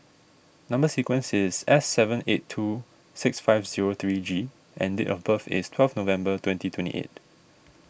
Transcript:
Number Sequence is S seven eight two six five zero three G and date of birth is twelve November twenty twenty eight